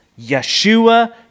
Yeshua